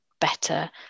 better